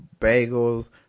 Bagels